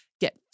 Get